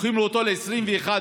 לוקחים לו אותו ל-21 יום.